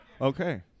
Okay